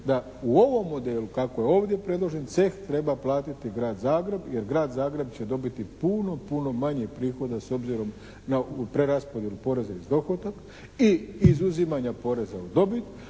da u ovom modelu kako je ovdje predložen ceh treba platiti Grad Zagreb jer Grad Zagreb će dobiti puno, puno manje prihoda s obzirom na preraspodjelu poreza iz dohotka i izuzimanja poreza na dobit,